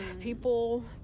people